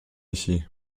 ici